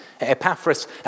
Epaphras